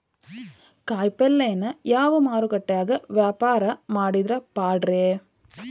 ಕಾಯಿಪಲ್ಯನ ಯಾವ ಮಾರುಕಟ್ಯಾಗ ವ್ಯಾಪಾರ ಮಾಡಿದ್ರ ಪಾಡ್ರೇ?